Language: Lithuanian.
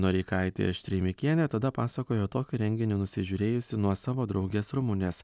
noreikaitė štreimikienė tada pasakojo tokį renginį nusižiūrėjusi nuo savo draugės rumunės